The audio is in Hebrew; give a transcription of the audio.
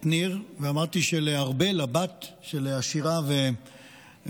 את ניר, ואמרתי שלארבל, הבת של אשירה ותומר,